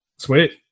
Sweet